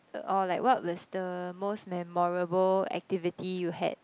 uh or like what was the most memorable activity you had